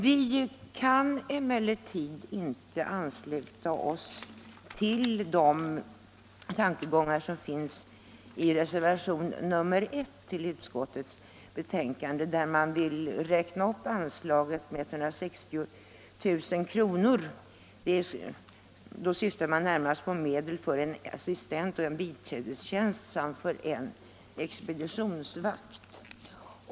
Vi i utskottsmajoriteten kan emellertid inte ansluta oss till de tankegångar som finns i reservationen 1 vid utskottsbetänkandet där man vill räkna upp anslaget med 160 000 kr. Då syftar man närmast på medel för en assistentoch en biträdestjänst samt för en expeditionsvakt.